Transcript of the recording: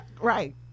Right